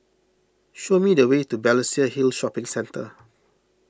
show me the way to Balestier Hill Shopping Centre